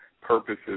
purposes